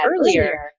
earlier